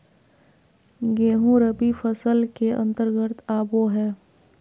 गेंहूँ रबी फसल के अंतर्गत आबो हय